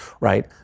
right